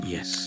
Yes